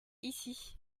ici